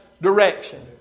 direction